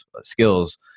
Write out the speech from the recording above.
skills